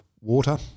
water